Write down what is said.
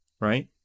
right